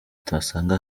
utasanga